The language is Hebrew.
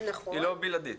היא לא בלעדית.